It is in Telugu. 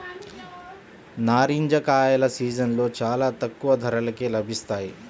నారింజ కాయల సీజన్లో చాలా తక్కువ ధరకే లభిస్తాయి